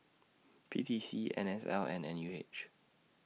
P T C N S L and N U H